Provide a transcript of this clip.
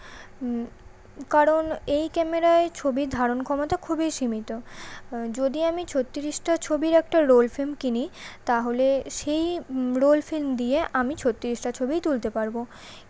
কারণ এই ক্যামেরায় ছবির ধারণ ক্ষমতা খুবই সীমিত যদি আমি ছত্রিশটা ছবির একটা রোল ফ্রেম কিনি তাহলে সেই রোল ফ্রেম দিয়ে আমি ছত্রিশটা ছবিই তুলতে পারবো